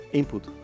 input